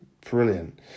brilliant